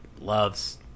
loves